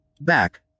Back